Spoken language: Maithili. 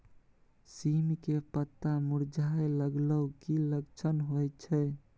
सीम के पत्ता मुरझाय लगल उ कि लक्षण होय छै?